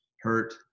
hurt